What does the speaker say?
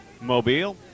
Mobile